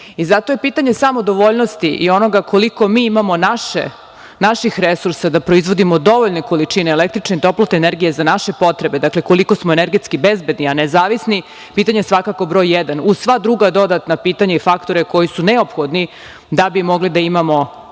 je pitanje samodovoljnosti i onoga koliko mi imamo naših resursa da proizvodimo dovoljne količine električne i toplotne energije za naše potrebe, dakle, koliko smo energetski bezbedni a nezavisni, pitanje svakako broj 1. uz sva druga dodatna pitanja i faktore, koji su neophodni, da bi mogli da imamo ono